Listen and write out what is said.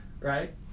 Right